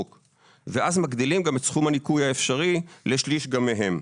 ואז מגדילים את סכום הניכוי האפשרי לשליש גם מהן.